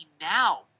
now